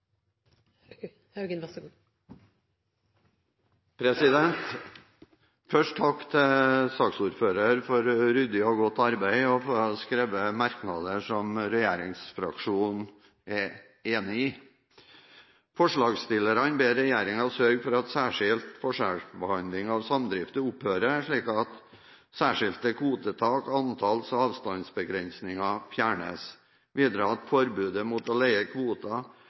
Først en takk til saksordføreren for ryddig og godt arbeid, og for å ha skrevet merknader som regjeringsfraksjonen er enig i. Forslagstillerne ber regjeringen sørge for at særskilt forskjellsbehandling av samdrifter opphører, slik at særskilte kvotetak-, antalls- og avstandsbegrensninger fjernes, og videre at forbudet mot å leie kvoter